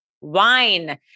wine